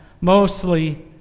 mostly